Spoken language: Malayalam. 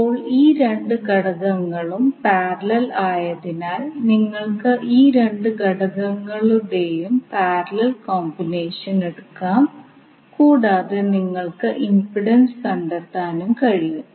ഇപ്പോൾ ഈ രണ്ട് ഘടകങ്ങളും പാരലൽ ആയതിനാൽ നിങ്ങൾക്ക് ഈ രണ്ട് ഘടകങ്ങളുടെയും പാരലൽ കോമ്പിനേഷൻ എടുക്കാം കൂടാതെ നിങ്ങൾക്ക് ഇംപിഡൻസ് കണ്ടെത്താനും കഴിയും